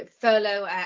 furlough